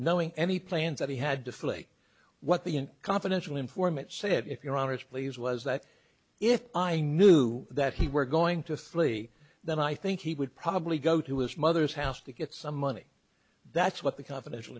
knowing any plans that he had to flee what the confidential informant said if you're honest please was that if i knew that he were going to flee then i think he would probably go to his mother's house to get some money that's what the confidential